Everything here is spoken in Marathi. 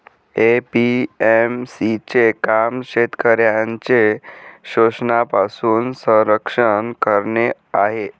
ए.पी.एम.सी चे काम शेतकऱ्यांचे शोषणापासून संरक्षण करणे आहे